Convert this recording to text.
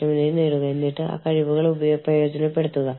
ഞാൻ ഓരോന്നും ഒറ്റയ്ക്ക് വിശദീകരിക്കുന്നില്ല